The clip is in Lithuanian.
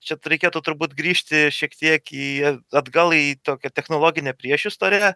čia reikėtų turbūt grįžti šiek tiek į atgal į tokią technologinę priešistorę